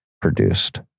produced